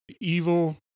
Evil